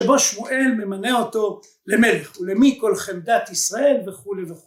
ובו שמואל ממנה אותו למלך ולמי כל חמדת ישראל וכולי וכולי